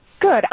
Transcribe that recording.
Good